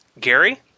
Gary